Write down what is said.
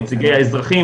נציגי האזרחים,